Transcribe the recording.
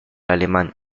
alemán